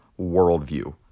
worldview